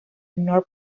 north